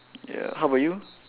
ya how about you